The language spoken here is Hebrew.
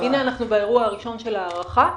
הנה אנחנו באירוע הראשון של ההארכה.